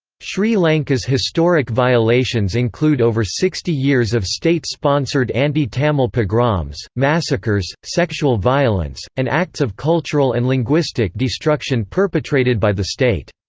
sri lanka's historic violations include over sixty years of state sponsored anti-tamil pogroms, massacres, sexual violence, and acts of cultural and linguistic destruction perpetrated by the state.